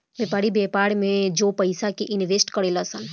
व्यापारी, व्यापार में जो पयिसा के इनवेस्ट करे लन